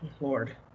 Lord